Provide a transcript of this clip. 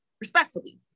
respectfully